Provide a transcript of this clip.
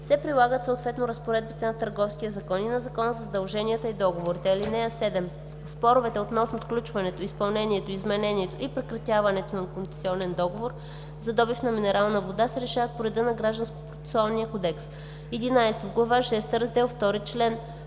се прилагат съответно разпоредбите на Търговския закон и на Закона за задълженията и договорите. (7) Споровете относно сключването, изпълнението, изменението и прекратяването на концесионен договор за добив на минерална вода се решават по реда на Гражданския процесуален кодекс.“ 11. В глава шеста раздел II, чл.